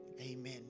amen